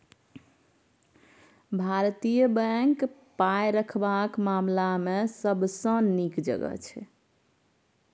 भारतीय बैंक पाय रखबाक मामला मे सबसँ नीक जगह छै